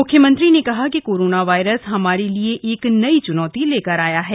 मुख्यमंत्री ने कहा कि कोरोना वायरस हमारे लिए एक नई चुनौती लेकर आया है